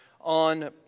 on